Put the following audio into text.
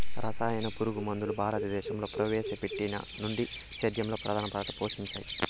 రసాయన పురుగుమందులు భారతదేశంలో ప్రవేశపెట్టినప్పటి నుండి సేద్యంలో ప్రధాన పాత్ర పోషించాయి